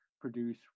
produce